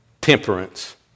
temperance